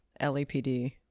LAPD